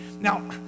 Now